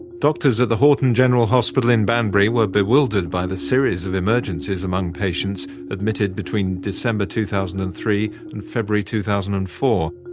doctors at the horton general hospital in banbury were bewildered by the series of emergencies among patients admitted between december two thousand and three and february two thousand and four.